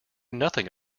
nothing